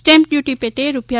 stamp duty પેટે રૂા